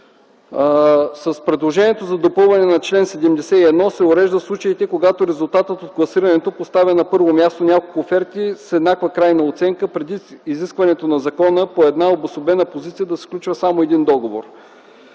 С предложението за допълване на чл. 71 се уреждат случаите, когато резултатът от класирането поставя на първо място няколко оферти с еднаква крайна оценка, предвид изискването на закона по една обособена позиция да се сключва само един договор.